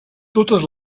totes